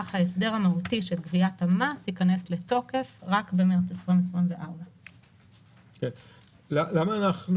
אך ההסדר המהותי של גביית המס ייכנס לתוקף רק במרס 2024. למה אנחנו